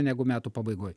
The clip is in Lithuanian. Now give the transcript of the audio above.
negu metų pabaigoj